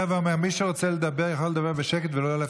לנואמת.